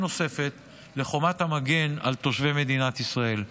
נוספת לחומת המגן על תושבי מדינת ישראל.